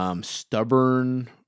stubborn